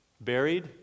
Buried